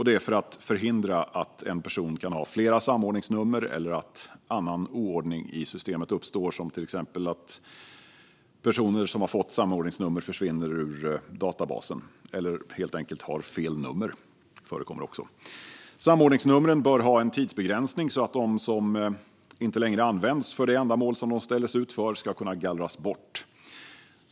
Det är för att förhindra att en person kan ha flera samordningsnummer eller att annan oordning i systemet uppstår, till exempel att personer som fått ett samordningsnummer försvinner ur databasen eller helt enkelt har fel nummer - det förekommer också. Samordningsnumren bör ha en tidsbegränsning så att de som inte längre används för det ändamål som de ställdes ut för ska kunna gallras bort.